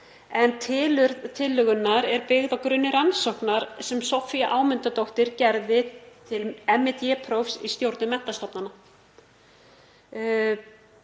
tillögunnar er byggð á grunni rannsóknar sem Soffía Ámundadóttir gerði til M.Ed.-prófs í stjórnun menntastofnana.